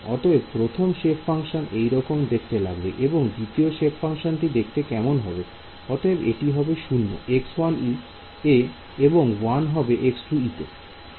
অতএব প্রথম সেপ ফাংশনটি এইরকম দেখতে লাগবে এবং দ্বিতীয় সেপ ফাংশনটি কেমন হবে দেখতে